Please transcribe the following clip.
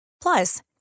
Plus